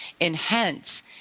enhance